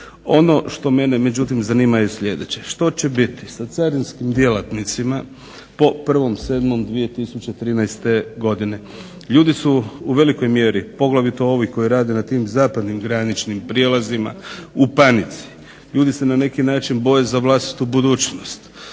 Ono što mene međutim zanima je sljedeće, što će biti sa carinskim djelatnicima po 1.07.2013. godine? Ljudi su u velikoj mjeri, poglavito ovi koji rade na tim zapadnim graničnim prijelazima, u panici. Ljudi se na neki način boje za vlastitu budućnost.